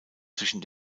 zwischen